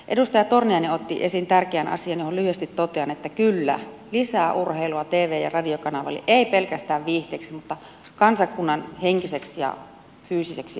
edustaja torniainen otti esiin tärkeän asian johon lyhyesti totean että kyllä lisää urheilua tv ja radiokanaville ei pelkästään viihteeksi vaan myös kansakunnan henkiseksi ja fyysiseksi esimerkiksi